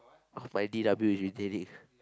of my D_W is retaining